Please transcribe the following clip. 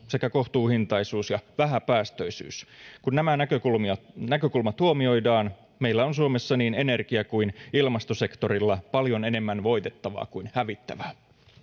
sekä kohtuuhintaisuus ja vähäpäästöisyys kun nämä näkökulmat huomioidaan meillä on suomessa niin energia kuin ilmastosektorilla paljon enemmän voitettavaa kuin hävittävää